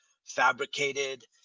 fabricated